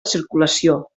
circulació